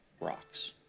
rocks